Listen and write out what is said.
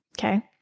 Okay